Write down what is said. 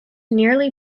nearly